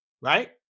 Right